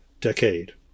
decade